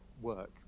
work